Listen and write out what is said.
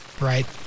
right